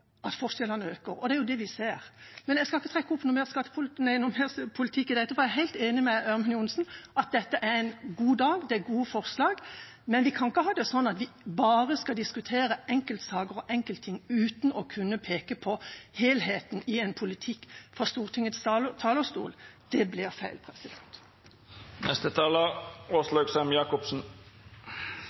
det vi ser. Men jeg skal ikke trekke inn noe mer politikk i dette, for jeg er helt enig med Ørmen Johnsen i at dette er en god dag, det er gode forslag. Men vi kan ikke ha det sånn at vi bare skal diskutere enkeltsaker og enkeltting uten å kunne peke på helheten i en politikk fra Stortingets talerstol. Det blir feil.